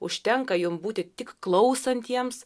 užtenka jum būti tik klausantiems